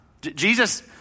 Jesus